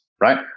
right